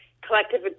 Collective